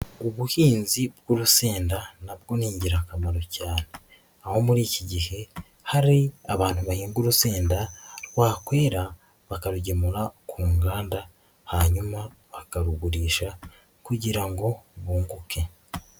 Ubuhinzi bw'urusenda na bwo ni ingirakamaro cyane. Aho muri iki gihe hari abantu bahinga urusenda rwakwera bakarugemura ku nganda, hanyuma bakarugurisha kugira ngo bunguke.